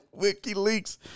WikiLeaks